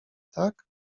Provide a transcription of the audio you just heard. tak